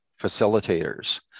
facilitators